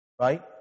Right